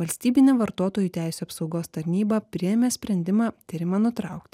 valstybinė vartotojų teisių apsaugos tarnyba priėmė sprendimą tyrimą nutraukti